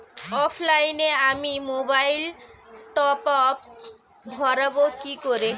অফলাইনে আমি মোবাইলে টপআপ ভরাবো কি করে?